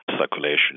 Circulation